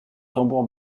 tambour